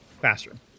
classroom